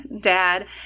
dad